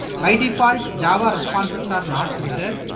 by default. java responses are not filtered.